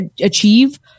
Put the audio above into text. achieve